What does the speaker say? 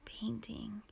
painting